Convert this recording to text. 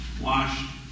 washed